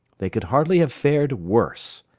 they could hardly have fared worse.